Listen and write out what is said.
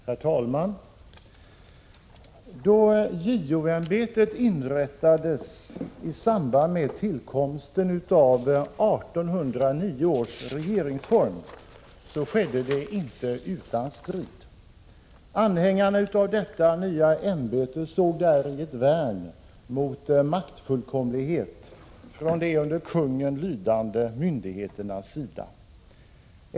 Herr talman! Då JO-ämbetet inrättades i samband med tillkomsten av 1809 års regeringsform, skedde det inte utan strid. Anhängarna av detta nya ämbete såg däri ett värn mot maktfullkomlighet från de under kungen lydande myndigheternas sida.